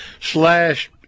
slash